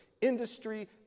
industry